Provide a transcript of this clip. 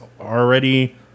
already